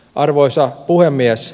arvoisa puhemies